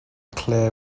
clear